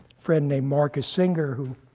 friend named marcus singer, who